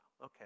Okay